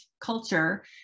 culture